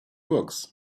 books